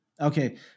okay